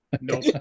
No